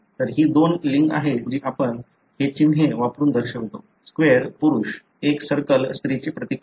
तर ही दोन लिंग आहेत जी आपण हे चिन्हे वापरून दर्शवतो स्क्वेर पुरुष एक सर्कल स्त्रीचे प्रतीक आहे